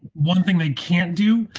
one thing. they can't do.